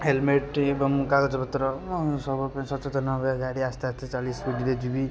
helmet ଏବଂ କାଗଜପତ୍ର ସବୁ ସଚେତନ ହେବାରେ ଗାଡ଼ି ଆସ୍ତେଆସ୍ତେ ଚାଳିଶ ସ୍ପିଡ଼ରେ ଯିବି